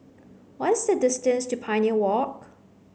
what is the distance to Pioneer Walk